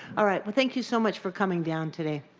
all right, thank you so much for coming down today.